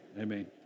Amen